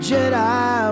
Jedi